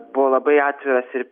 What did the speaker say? buvo labai atviras ir